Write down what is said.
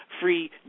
free